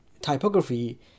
typography